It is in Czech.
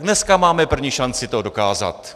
Dneska máme první šanci to dokázat.